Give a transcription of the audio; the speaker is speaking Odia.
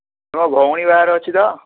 ମୋ ଭଉଣୀ ବାହାଘର ଅଛି ତ